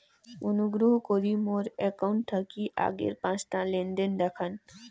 অনুগ্রহ করি মোর অ্যাকাউন্ট থাকি আগের পাঁচটা লেনদেন দেখান